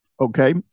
Okay